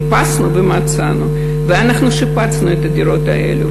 חיפשנו ומצאנו ושיפצנו את הדירות האלה.